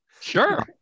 Sure